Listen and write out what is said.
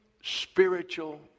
spiritual